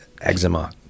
eczema